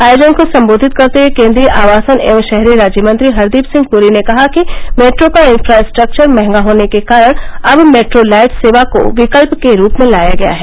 आयोजन को सम्बोधित करते हुये केन्द्रीय आवासन एवं शहरी राज्य मंत्री हरदीप सिंह पुरी ने कहा कि मेट्रो का इंफ्रास्ट्रक्वर महगा होने के कारण अब मेट्रो लाइट सेवा को विकल्प के रूप में लाया गया है